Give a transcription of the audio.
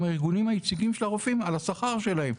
הארגונים היציגים של הרופאים על השכר שלהם.